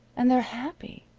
and they're happy.